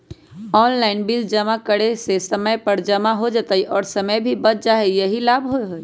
Online bill जमा करे से समय पर जमा हो जतई और समय भी बच जाहई यही लाभ होहई?